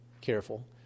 careful